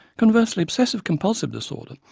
conversely, obsessive-compulsive disorder,